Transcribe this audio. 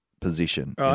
position